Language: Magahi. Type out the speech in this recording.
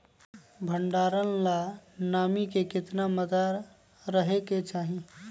भंडारण ला नामी के केतना मात्रा राहेके चाही?